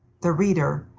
the reader,